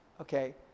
Okay